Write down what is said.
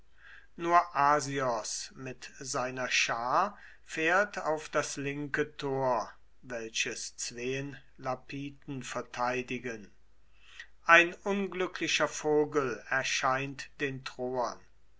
nur asios mit seiner schar fährt auf das linke tor welches zween lapithen verteidigen ei unglücklicher vogel erscheint den troern